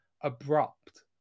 abrupt